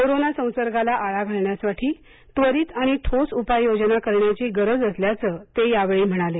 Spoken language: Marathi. कोरोना संसर्गाला आळा घालण्यासाठी त्वरित आणि ठोस उपाय योजना करण्याची गरज असल्याचं ते यावेळी म्हणाले